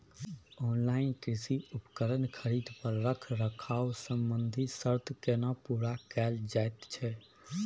Online कृषि उपकरण खरीद पर रखरखाव संबंधी सर्त केना पूरा कैल जायत छै?